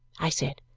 i said,